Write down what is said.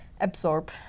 absorb